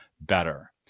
better